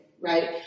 right